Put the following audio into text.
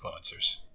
influencers